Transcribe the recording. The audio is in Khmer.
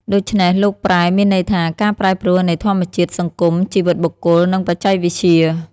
ដូច្នេះ "លោកប្រែ" មានន័យថា ការប្រែប្រួលនៃធម្មជាតិ សង្គម ជីវិតបុគ្គល និងបច្ចេកវិទ្យា។